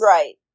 Right